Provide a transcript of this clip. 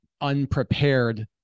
unprepared